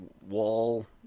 wall